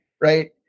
right